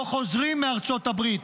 לא חוזרים מארצות הברית,